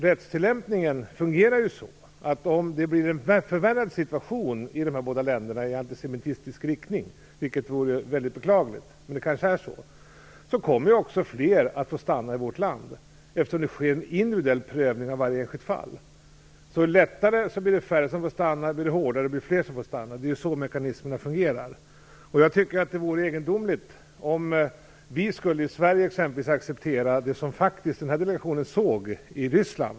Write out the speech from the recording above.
Rättstillämpningen är sådan, att om det blir en förvärrad situation i dessa båda länder i antisemitisk riktning - vilket vore mycket beklagligt, men det kanske är så - kommer också fler att få stanna i vårt land, eftersom det sker en individuell prövning av varje enskilt fall. Blir det lättare kommer färre att få stanna, blir det hårdare kommer fler att få stanna. Det är så mekanismerna fungerar. Det vore egendomligt om vi i Sverige exempelvis skulle acceptera det som delegationen såg i Ryssland.